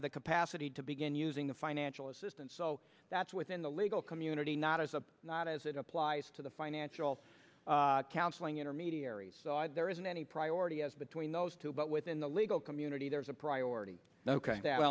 have the capacity to begin using the financial assistance so that's within the legal community not as a not as it applies to the financial counseling intermediaries there isn't any priority as between those two but within the legal community there is a priority ok that